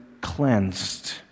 cleansed